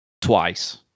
twice